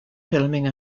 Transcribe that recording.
filming